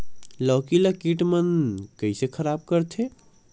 लौकी ला कीट मन कइसे खराब करथे?